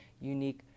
unique